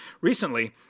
recently